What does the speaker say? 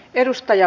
kiitos